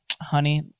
Honey